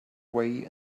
way